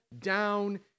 down